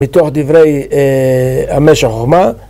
בתוך דברי ה"משך חכמה".